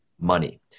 money